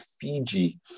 Fiji